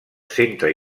centre